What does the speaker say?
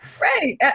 Right